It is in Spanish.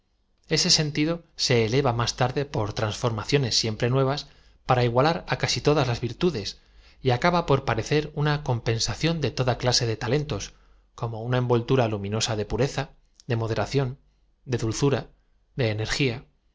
ese sentido se f eleva mád tarde por transformaciones siempre nue vas para igualar á casi todas las virtudes y acaba por parecer una compenflacióa de toda clasa de talen tos como una envoltura luminosa de pureza de mo deración de dulzura de energía